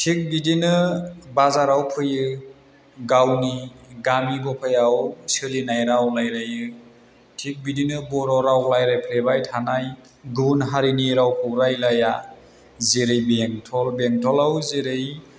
थिख बिदिनो बाजाराव फैयो गावनि गामि गफायाव सोलिनाय राव रायलायो थिख बिदिनो बर' राव रायलायफ्लेबाय थानाय गुबुन हारिनि रावखौ रायलाया जेरै बेंटल बेंटलाव जेरै